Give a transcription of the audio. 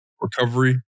Recovery